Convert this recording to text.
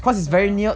accessible